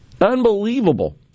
Unbelievable